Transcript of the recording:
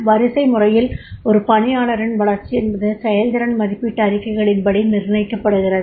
வரிசைமுறையில் ஒரு பணியாளரின் வளர்ச்சி என்பது செயல்திறன் மதிப்பீட்டு அறிக்கைகளின்படி நிர்ணயிக்கப்படுகிறது